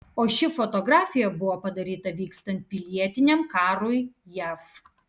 o ši fotografija buvo padaryta vykstant pilietiniam karui jav